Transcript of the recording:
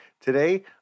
Today